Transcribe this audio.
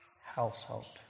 household